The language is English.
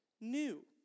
new